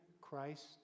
Christ